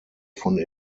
von